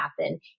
happen